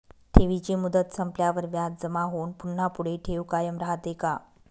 ठेवीची मुदत संपल्यावर व्याज जमा होऊन पुन्हा पुढे ठेव कायम राहते का?